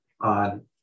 on